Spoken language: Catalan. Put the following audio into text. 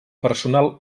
personal